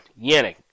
Yannick